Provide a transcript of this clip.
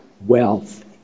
wealth